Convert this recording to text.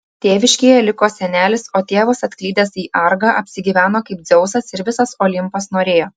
tėviškėje liko senelis o tėvas atklydęs į argą apsigyveno kaip dzeusas ir visas olimpas norėjo